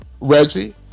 Reggie